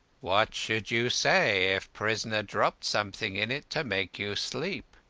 what should you say if prisoner dropped something in it to make you sleep